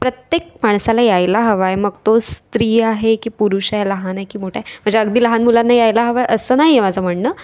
प्रत्येक माणसाला यायला हवा आहे मग तो स्त्री आहे की पुरुष आहे लहान आहे की मोठा आहे म्हणजे अगदी लहान मुलांना यायला हवा आहे असं नाही आहे माझं म्हणणं